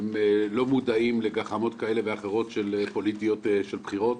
הם לא מודעים לגחמות כאלה ואחרות פוליטיות של בחירות.